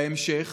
בהמשך